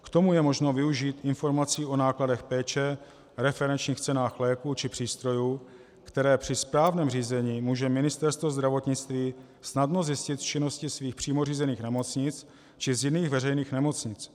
K tomu je možno využít informací o nákladech péče, referenčních cenách léků či přístrojů, které při správním řízení může Ministerstvo zdravotnictví snadno zjistit z činnosti svých přímo řízených nemocnic či z jiných veřejných nemocnic.